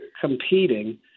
competing